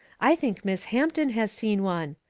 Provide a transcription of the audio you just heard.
i think miss hampton has seen one,